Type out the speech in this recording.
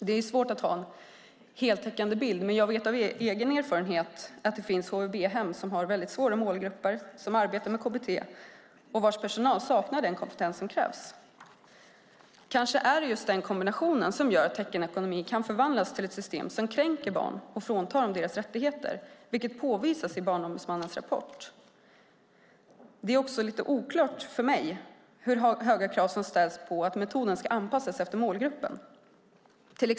Det är svårt att ha en heltäckande bild, men jag vet av egen erfarenhet att det finns HVB-hem med svåra målgrupper där man arbetar med KBT trots att personalen saknar den kompetens som krävs. Kanske är det just denna kombination som gör att teckenekonomi kan förvandlas till ett system som kränker barn och fråntar dem deras rättigheter, vilket påvisas i Barnombudsmannens rapport. Det är också oklart för mig hur höga krav som ställs på att metoden ska anpassas efter målgruppen.